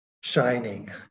shining